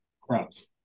crops